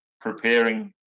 preparing